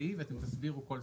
סעיף ואתם תסבירו כל סעיף?